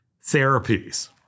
therapies